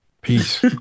Peace